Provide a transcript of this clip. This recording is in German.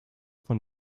von